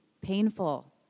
painful